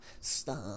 stop